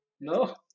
No